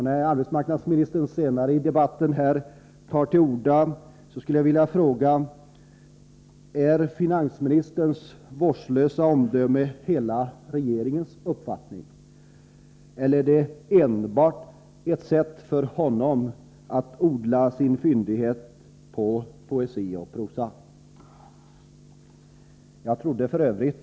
När arbetsmarknadsministern tar till orda senare i debatten skulle jag vilja ha svar på frågan: Är finansministerns vårdslösa omdöme uttryck för hela regeringens uppfattning eller är det enbart ett sätt för honom att odla sin fyndighet när det gäller poesi och prosa? Jag trodde f.ö.